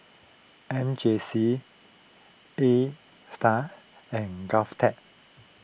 M J C A Star and Govtech